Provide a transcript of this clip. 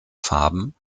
farben